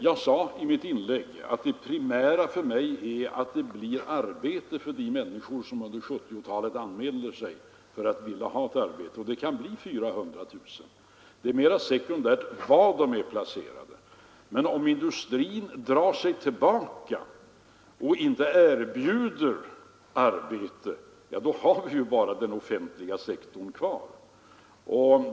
Jag sade i mitt tidigare inlägg att det primära för mig är att det blir arbete för de människor som under 1970-talet anmäler sig vilja ha ett arbete. Det kan bli 400 000. Det är mera sekundärt var dessa människor placeras. Men om industrin drar sig tillbaka och inte erbjuder arbete, då har vi bara den offentliga sektorn kvar.